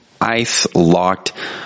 ice-locked